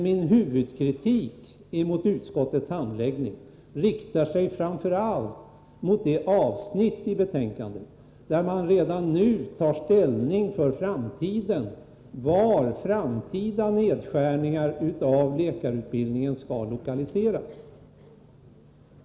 Min huvudsakliga kritik mot utskottets handläggning riktar sig framför allt mot det avsnitt i betänkandet, där man redan nu tar ställning till var framtida nedskärningar av läkarutbildningen skall ske.